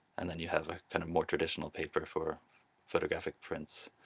and then you have a kind of more traditional paper for photographic prints